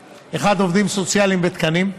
1. עובדים סוציאליים בתקנים.